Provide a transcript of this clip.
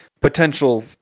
potential